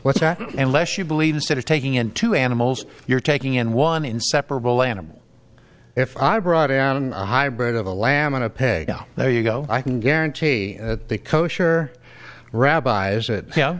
what's not unless you believe instead of taking into animals you're taking in one inseparable animal if i brought out in a hybrid of a lamb on a pig out there you go i can guarantee that the kosher rabbis